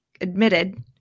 admitted